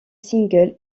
single